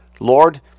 Lord